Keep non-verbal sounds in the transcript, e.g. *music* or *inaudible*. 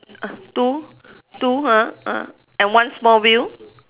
*breath* two two ha ah and one small wheel